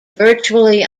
virtually